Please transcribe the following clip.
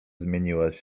zmieniłaś